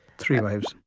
three wives.